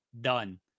done